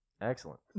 Excellent